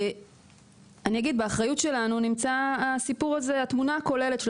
באחריות שלנו נמצאת התמונה הכוללת של